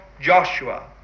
Joshua